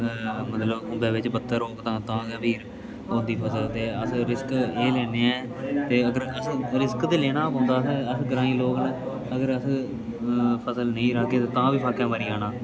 मतलब दूआ बिच्च बत्तर होग तां तां गै फिर होन्दी फसल ते अस रिस्क एह् लैने आं के अगर अस रिस्क ते लेना पौंदा ते अस ग्राईं लोक न अगर अस फसल नेईं राह्गे ते तां बी फाक्कै मरी जाना